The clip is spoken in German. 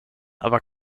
aber